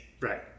Right